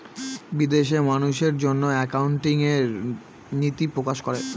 বিদেশে মানুষের জন্য একাউন্টিং এর নীতি প্রকাশ করে